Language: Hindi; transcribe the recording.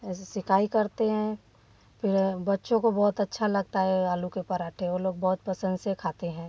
ऐसे सिकाई करते हैं फिर बच्चों को बोहौत अच्छा लगता है आलू के पराँठे वह लोग बहुत पसंद से खाते हैं